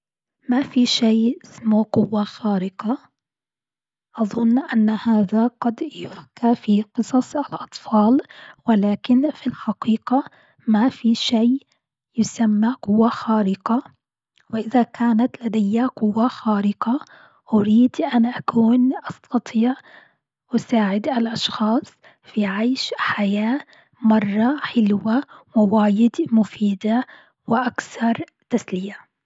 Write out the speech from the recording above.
ما في شيء اسمه قوة خارقة، أظن إن هذا قد يحكى في قصص الأطفال، ولكن في الحقيقة ما في شيء يسمى قوة خارقة. وإذا كانت لدي قوة خارقة أريد أن أكون أستطيع أساعد الأشخاص في عيش حياة مرة حلوة وواجد مفيدة وأكثر تسلية.